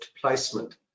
placement